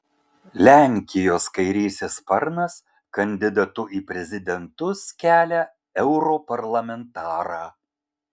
lenkijos kairysis sparnas kandidatu į prezidentus kelia europarlamentarą